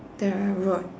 the road